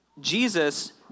Jesus